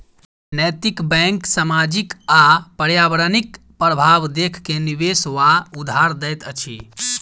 नैतिक बैंक सामाजिक आ पर्यावरणिक प्रभाव देख के निवेश वा उधार दैत अछि